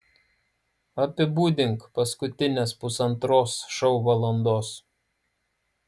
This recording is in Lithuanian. apibūdink paskutines pusantros šou valandos